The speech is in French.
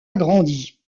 agrandi